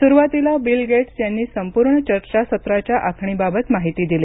सुरुवातीला Bill Gates यांनी संपूर्ण चर्चासत्राच्या आखणीबाबत माहिती दिली